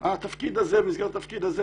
סייעת לי קודם,